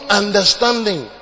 understanding